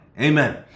Amen